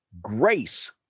grace